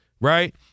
right